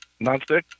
Nonstick